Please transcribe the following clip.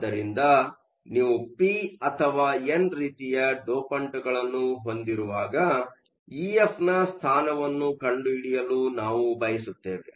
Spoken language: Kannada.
ಆದ್ದರಿಂದನೀವು ಪಿ ಅಥವಾ ಎನ್ ರೀತಿಯ ಡೋಪಂಟ್ಗಳನ್ನು ಹೊಂದಿರುವಾಗ ಇಎಫ್ನ ಸ್ಥಾನವನ್ನು ಕಂಡುಹಿಡಿಯಲು ನಾವು ಬಯಸುತ್ತೇವೆ